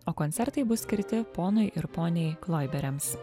o koncertai bus skirti ponui ir poniai kloiberiams